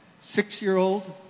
six-year-old